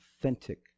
authentic